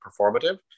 performative